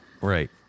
Right